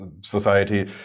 society